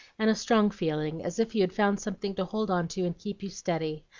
and a strong feeling, as if you'd found something to hold on to and keep you steady.